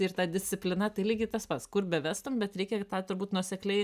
ir ta disciplina tai lygiai tas pats kur bevestum bet reikia ir tą turbūt nuosekliai